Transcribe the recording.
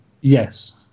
Yes